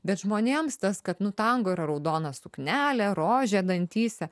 bet žmonėms tas kad nu tango yra raudona suknelė rožė dantyse